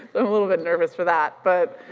a little bit nervous for that but,